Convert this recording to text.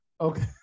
okay